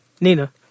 Nina